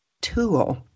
tool